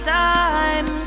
time